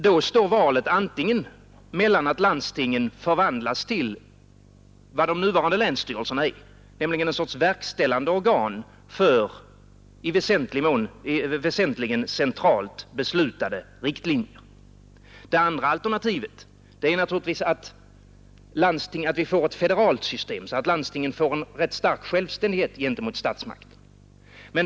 Då står valet mellan att landstingen förvandlas till vad de nuvarande länsstyrelserna är, nämligen en sorts verkställande organ för väsentligen centralt beslutade riktlinjer, eller att införa ett federalt system, där landstingen får en rätt stor självständighet mot statsmakterna.